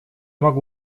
могу